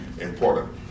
important